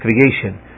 creation